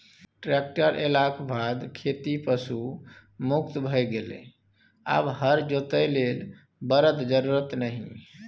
tractor एलाक बाद खेती पशु मुक्त भए गेलै आब हर जोतय लेल बरद जरुरत नहि